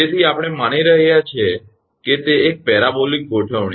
તેથી આપણે માની રહ્યા છીએ કે તે એક પેરાબોલિક ગોઠવણી છે